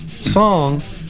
songs